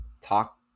talk